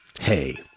Hey